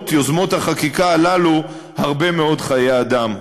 יוזמות החקיקה הללו הרבה מאוד חיי אדם.